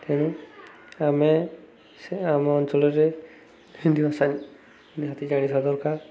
ତେଣୁ ଆମେ ସେ ଆମ ଅଞ୍ଚଳରେ ହିନ୍ଦୀ ଭାଷା ନିହାତି ଜାଣିିବା ଦରକାର